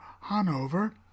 Hanover